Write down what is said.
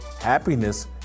Happiness